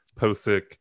Posick